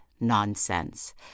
Nonsense